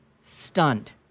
Stunned